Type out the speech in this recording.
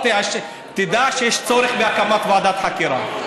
תדע שיש צורך בהקמת ועדת חקירה,